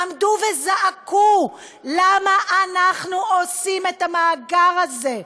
עמדו וזעקו: למה אנחנו עושים את המאגר הזה?